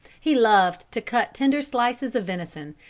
he loved to cut tender slices of venison,